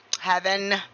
heaven